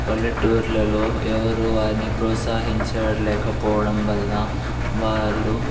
పల్లెటూర్లలో ఎవరు వారిని ప్రోత్సాహించలేకపోవడం వల్ల వాళ్ళు